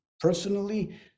Personally